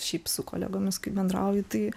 šiaip su kolegomis kai bendrauji tai